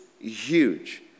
huge